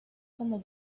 como